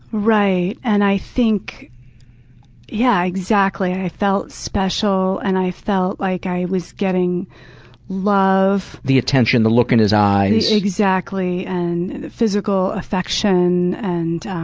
right, and i think yeah exactly. i felt special, and i felt like i was getting love. the attention, the look in his eyes. yeah, exactly. and physical affection. and